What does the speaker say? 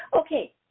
okay